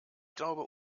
glaube